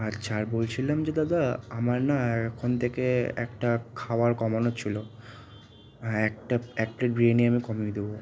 আচ্ছা আর বলছিলাম যে দাদা আমার না ওখান থেকে একটা খাবার কমানো ছিলো হ্যা একটা এক প্লেট বিরিয়ানি আমি কমিয়ে দেবো